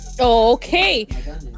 Okay